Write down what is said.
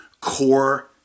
core